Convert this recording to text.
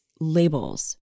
labels